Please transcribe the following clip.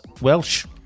Welsh